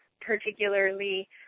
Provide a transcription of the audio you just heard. particularly